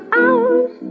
hours